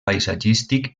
paisatgístic